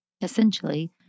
Essentially